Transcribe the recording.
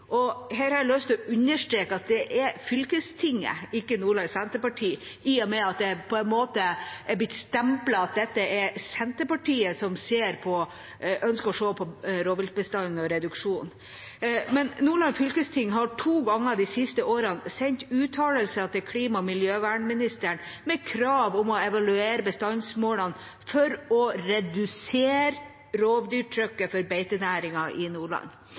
og her har jeg lyst til å understreke at det er fylkestinget, ikke Nordland Senterparti, i og med at det på en måte er blitt stemplet at det er Senterpartiet som ønsker å se på rovviltbestanden og reduksjonen – har to ganger de siste årene sendt uttalelser til klima- og miljøministeren med krav om å evaluere bestandsmålene for å redusere rovdyrtrykket på beitenæringen i Nordland.